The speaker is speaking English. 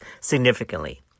significantly